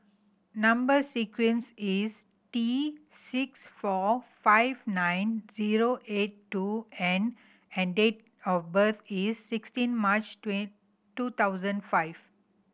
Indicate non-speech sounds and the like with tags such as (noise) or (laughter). number sequence is T six four five nine zero eight two N and date of birth is sixteen March (unintelligible) two thousand five